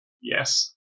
Yes